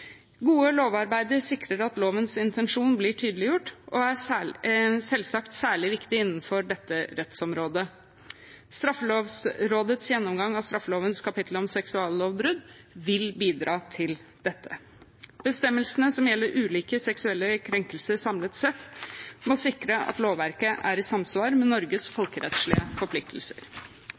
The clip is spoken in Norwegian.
Gode lovforarbeider sikrer at lovens intensjon blir tydeliggjort, og er selvsagt særlig viktig innenfor dette rettsområdet. Straffelovrådets gjennomgang av straffelovens kapittel om seksuallovbrudd vil bidra til dette. Bestemmelsene som gjelder ulike seksuelle krenkelser samlet sett, må sikre at lovverket er i samsvar med Norges folkerettslige forpliktelser.